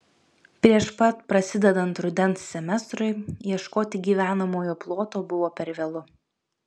prieš pat prasidedant rudens semestrui ieškoti gyvenamojo ploto buvo per vėlu